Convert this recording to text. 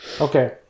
Okay